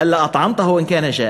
הלא אטעמתה אן כּאן ג'אאען,